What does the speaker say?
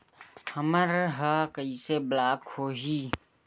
हमर ह कइसे ब्लॉक होही?